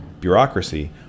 Bureaucracy